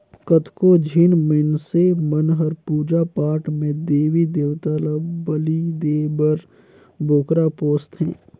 कतको झिन मइनसे मन हर पूजा पाठ में देवी देवता ल बली देय बर बोकरा पोसथे